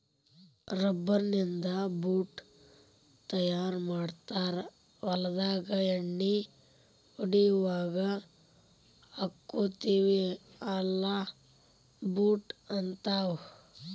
rubber ನಿಂದ boot ತಯಾರ ಮಾಡ್ತಾರ ಹೊಲದಾಗ ಎಣ್ಣಿ ಹೊಡಿಯುವಾಗ ಹಾಕ್ಕೊತೆವಿ ಅಲಾ ಬೂಟ ಹಂತಾವ